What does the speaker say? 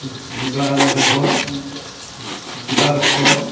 जिबा नबेम्बर जिबा आगष्ट